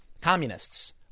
communists